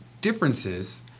differences